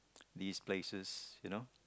these places you know